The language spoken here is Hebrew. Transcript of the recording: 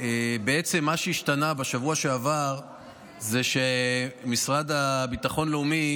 בעצם מה שהשתנה בשבוע שעבר זה שהמשרד לביטחון לאומי